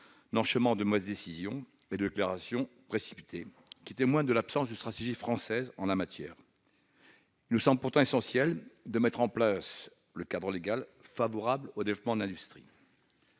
enchaînement de mauvaises décisions et de déclarations précipitées, qui témoigne de l'absence de stratégie française en la matière. Il nous semble pourtant essentiel de mettre en place le cadre légal favorable au développement de l'industrie.